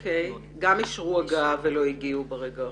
גם אישרו הגעה ולא הגיעו ברגע האחרון.